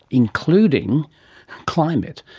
including climate.